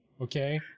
okay